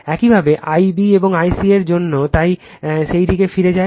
একইভাবে I b এবং I c এর জন্য তাই সেই দিকে ফিরে যাব